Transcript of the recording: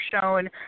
shown